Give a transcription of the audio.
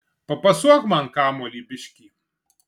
papasuok man kamuolį biškį